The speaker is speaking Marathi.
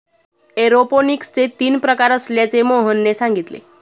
एरोपोनिक्सचे तीन प्रकार असल्याचे मोहनने सांगितले